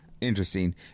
interesting